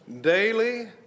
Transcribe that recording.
Daily